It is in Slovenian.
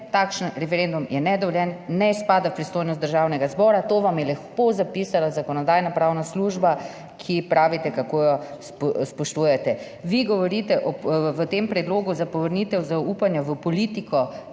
Takšen referendum je nedovoljen, ne spada v pristojnost Državnega zbora. To vam je lepo zapisala Zakonodajno-pravna služba, ki pravite kako jo spoštujete. Vi govorite v tem predlogu za povrnitev zaupanja v politiko,